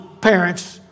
parents